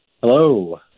hello